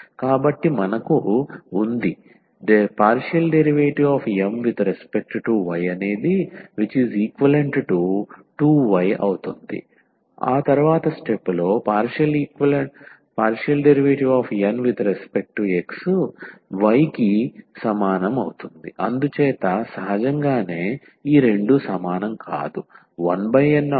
కాబట్టి మనకు ఉంది ∂M∂y2y ∂N∂xy అందుచేత సహజంగానే ఈ రెండూ సమానం కాదు